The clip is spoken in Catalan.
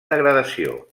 degradació